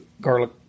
garlic